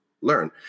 learn